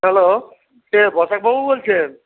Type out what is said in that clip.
hello কে বসাক বাবু বলছেন